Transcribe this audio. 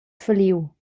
falliu